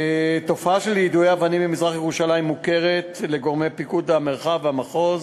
התופעה של יידויי אבנים במזרח-ירושלים מוכרת לגורמי פיקוד המרחב והמחוז,